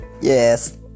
Yes